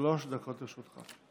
שלוש דקות לרשותך.